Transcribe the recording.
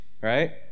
right